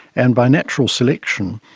and by natural selection,